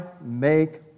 make